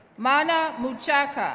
mana muchaku,